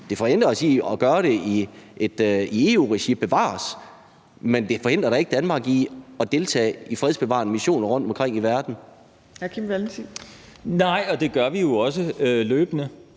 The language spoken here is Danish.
Det forhindrer os i at gøre det i EU-regi, bevares, men det forhindrer da ikke Danmark i at deltage i fredsbevarende missioner rundtomkring i verden. Kl. 15:10 Tredje næstformand